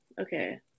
okay